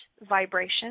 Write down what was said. vibration